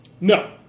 No